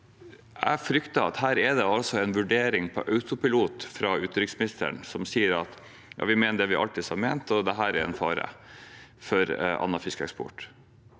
Jeg frykter at dette er en vurdering på autopilot fra utenriksministerens side, som sier at de mener det man alltid har ment, at dette er en fare for annen fiskeeksport,